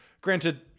granted –